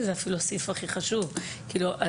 לדעתי, זהו הסעיף הכי חשוב, אפילו.